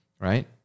right